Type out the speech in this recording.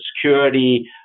security